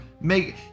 make